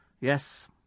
Yes